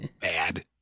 bad